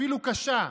אפילו קשה,